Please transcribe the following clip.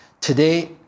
Today